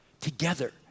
together